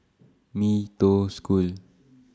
Mee Toh School